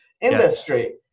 industry